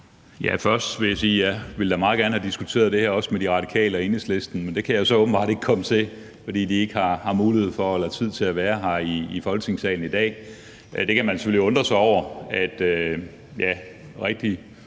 Først vil jeg sige, at jeg da også meget gerne ville have diskuteret det her med De Radikale og Enhedslisten, men det kan jeg så åbenbart ikke komme til, fordi de ikke har mulighed for eller tid til at være her i Folketingssalen i dag. Man kan selvfølgelig undre sig over,